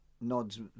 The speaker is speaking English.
Nod's